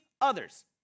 others